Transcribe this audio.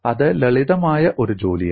അത് ലളിതമായ ഒരു ജോലിയല്ല